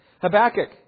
Habakkuk